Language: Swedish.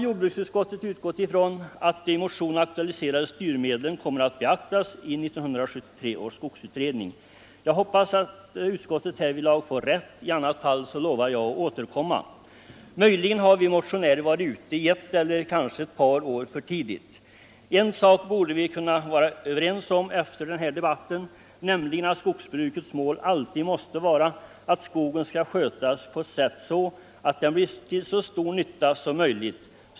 Jordbruksutskottet har utgått ifrån att de i motionen aktualiserade styrmedlen kommer att beaktas i 1973 års skogsutredning. Jag hoppas att utskottet härvidlag får rätt. I annat fall lovar jag att återkomma. Möjligen har vi motionärer varit ute ett eller ett par år för tidigt. En sak borde vi kunna vara överens om, nämligen att skogsbrukets mål alltid måste vara att skogen skall skötas på ett sätt så att den blir till så stor nytta som möjligt.